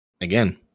Again